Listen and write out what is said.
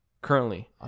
Currently